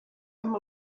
amb